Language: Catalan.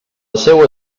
seua